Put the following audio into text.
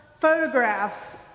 photographs